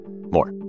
More